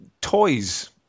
Toys